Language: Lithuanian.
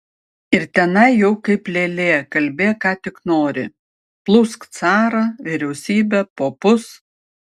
ir tenai jau kaip lėlė kalbėk ką tik nori plūsk carą vyriausybę popus